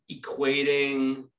equating